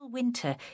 winter